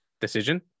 decision